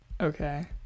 Okay